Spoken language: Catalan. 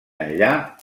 enllà